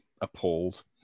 appalled